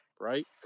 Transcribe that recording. right